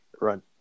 Run